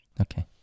Okay